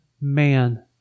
man